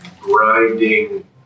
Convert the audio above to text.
grinding